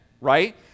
Right